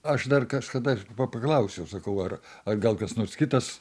aš dar kažkada pa paklausiau sakau ar ar gal kas nors kitas